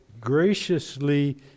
graciously